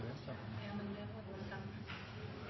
SV-er, men det får